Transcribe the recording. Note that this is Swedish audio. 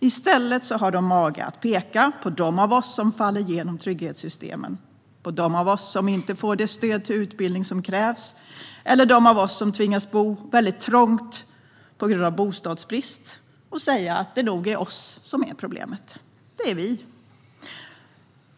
I stället har de mage att peka på dem av oss som faller igenom trygghetssystemen, som inte får det stöd till utbildning som krävs eller som tvingas bo väldigt trångt på grund av bostadsbrist och säga att det nog är vi som är problemet.